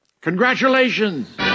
Congratulations